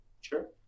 Sure